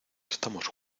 estamos